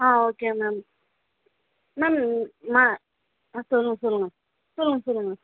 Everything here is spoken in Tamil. ஆ ஓகே மேம் மேம் நான் ஆ சொல்லுங்கள் சொல்லுங்கள் சொல்லுங்கள் சொல்லுங்கள்